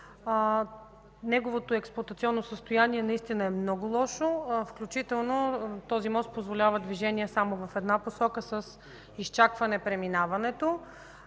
Неговото експлоатационно състояние наистина е много лошо, включително този мост позволява движение само в една посока, с изчакване преминаването.